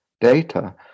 data